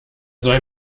soll